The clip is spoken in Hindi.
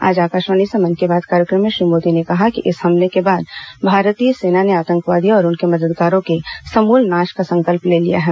आज आकाशवाणी से मन की बात कार्यक्रम में श्री मोदी ने कहा कि इस हमले में बाद भारतीय सेना ने आतंकवादियों और उनके मददगारों के समूल नाश का संकल्प ले लिया है